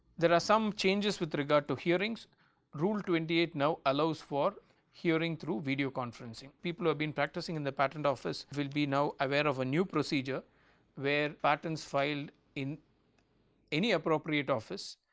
there are some changes with regard to hearings rule twenty eight now allows for hearing through video conferencing people have been practising in the patent office will be now aware of a new procedure where patents file in any appropriate office